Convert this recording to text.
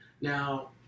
Now